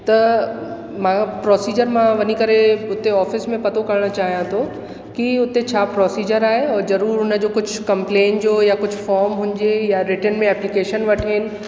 त मां प्रोसिजर मां वञी करे उते ऑफिस में पतो करणु चाहियां थो कि उते छा प्रोसिजर आहे और ज़रूरु उन जो कुझु कम्पलेन जो या कुझु फोम हुजे या रिटन में एप्लीकेशन वठेनि